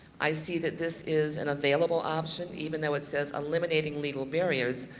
i see that this is an available option, even though it says eliminateing legal barriers.